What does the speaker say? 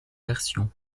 version